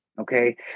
okay